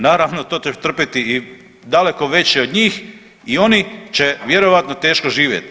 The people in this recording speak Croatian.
Naravno to će trpjeti i daleko veći od njih i oni će vjerojatno teško živjeti.